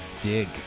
Dig